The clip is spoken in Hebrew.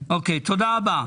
תודה רבה.